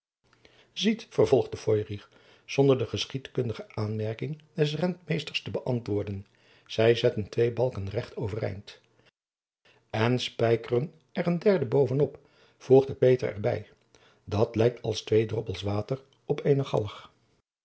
ziet vervolgde feurich zonder de geschiedkundige aanmerking des rentmeesters te beantwoorden zij zetten twee balken recht overeind en spijkeren er een derden boven op voegde peter er bij dat lijkt als twee droppels water op eene galg